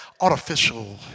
artificial